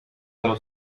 dello